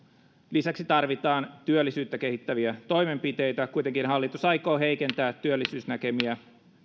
lisäksi tarvitaan työllisyyttä kehittäviä toimenpiteitä kuitenkin hallitus aikoo heikentää työllisyysnäkymiä